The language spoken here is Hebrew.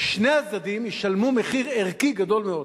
שני הצדדים ישלמו מחיר ערכי גדול מאוד.